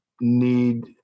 need